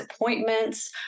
appointments